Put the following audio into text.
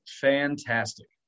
fantastic